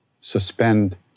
suspend